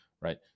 right